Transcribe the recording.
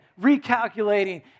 Recalculating